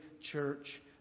church